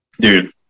Dude